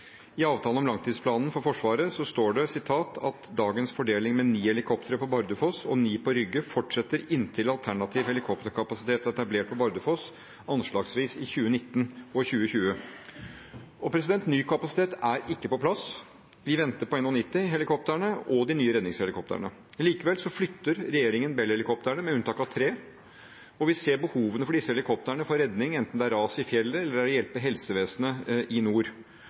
I forbindelse med behandlingen av langtidsplanen for Forsvaret står det i innstillingen at «dagens fordeling med ni helikoptre på Bardufoss og ni helikoptre på Rygge fortsetter inntil alternativ helikopterkapasitet er etablert på Bardufoss, anslagsvis innen 2019–2020». Ny kapasitet er ikke på plass. Vi venter på NH90-helikoptrene og de nye redningshelikoptrene. Likevel flytter regjeringen Bell-helikoptrene, med unntak av tre. Vi ser behovene for disse helikoptrene i redning, enten det er ras i fjellet, eller det er å hjelpe helsevesenet i nord.